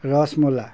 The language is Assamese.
ৰসমলাই